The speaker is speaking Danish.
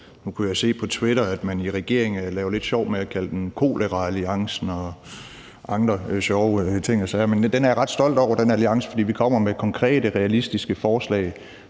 Nu kunne jeg se på Twitter, at man i regeringen laver lidt sjov med at kalde den koleraalliancen og andre sjove ting og sager. Men den alliance er jeg ret stolt over, fordi vi kommer med konkrete realistiske forslag,